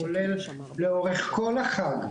כולל לאורך כל החג.